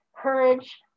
courage